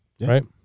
Right